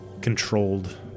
controlled